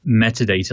metadata